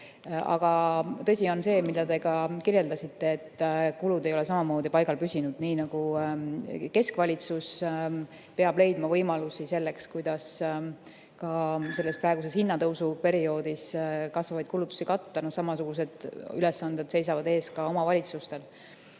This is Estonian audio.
Aga tõsi on see, mida te ka kirjeldasite, et kulud ei ole samamoodi paigal püsinud. Nii nagu keskvalitsus peab leidma võimalusi selleks, kuidas praeguses hinnatõusuperioodis kasvavaid kulutusi katta, seisavad samasugused ülesanded ees ka omavalitsustel.